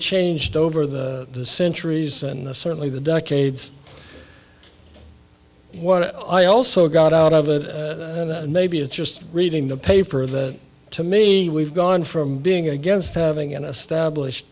changed over the centuries and certainly the decades what i also got out of it maybe it's just reading the paper that to me we've gone from being against having an established